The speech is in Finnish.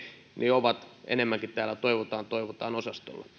ovat enemmänkin täällä toivotaan toivotaan osastolla